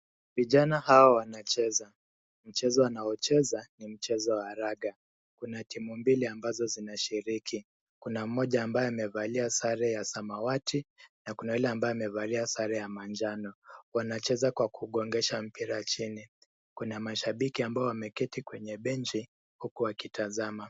Vijana hawa wanacheza, mchezo wanaocheza ni mchezo wa raga kuna timu mbili ambazo zinashiriki, kuna moja ambayo imevalia sare ya Samawati, na kuna wale ambao wamevalia sare ya manjano. Wanacheza kwa kugongesha mpira chini , kuna mashabiki ambao wameketi kwenye benchi huku wakitazama.